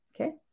Okay